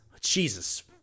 jesus